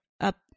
up